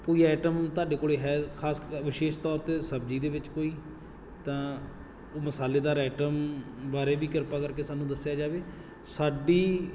ਕੋਈ ਆਈਟਮ ਤੁਹਾਡੇ ਕੋਲ ਹੈ ਖਾਸ ਵਿਸ਼ੇਸ਼ ਤੌਰ 'ਤੇ ਸਬਜ਼ੀ ਦੇ ਵਿੱਚ ਕੋਈ ਤਾਂ ਉਹ ਮਸਾਲੇਦਾਰ ਐਟਮ ਬਾਰੇ ਵੀ ਕਿਰਪਾ ਕਰਕੇ ਸਾਨੂੰ ਦੱਸਿਆ ਜਾਵੇ ਸਾਡੀ